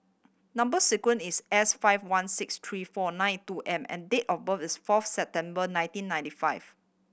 number sequence is S five one six three four nine two M and date of birth is fourth September nineteen ninety five